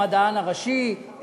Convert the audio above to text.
המדען הראשי,